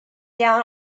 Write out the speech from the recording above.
down